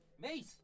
Mate